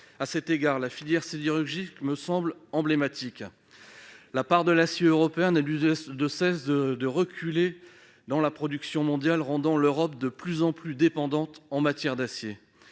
À cet égard, la filière sidérurgique me semble emblématique : la part de l'acier européen n'a cessé de reculer dans la production mondiale, rendant l'Europe de plus en plus dépendante en la matière.